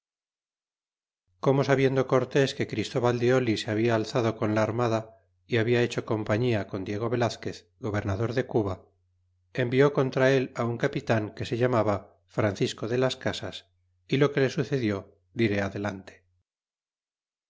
como sabiendo cortés que christóval de se habla alzado con la armada y habla hecho compañia con diego felazquez gobernador de cuba envió contra él un capitan que se llamaba francisco de las casas y lo que le sucedió diré adelante